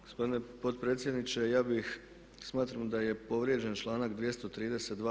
Gospodine potpredsjedniče, ja bih, smatram da je povrijeđen članak 232.